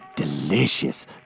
Delicious